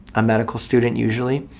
a medical student usually,